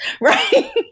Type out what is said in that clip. right